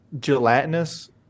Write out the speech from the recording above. gelatinous